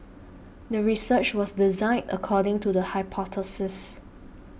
the research was designed according to the hypothesis